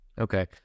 Okay